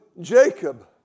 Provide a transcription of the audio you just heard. Jacob